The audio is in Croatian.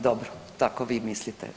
Dobro, tako vi mislite.